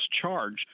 charge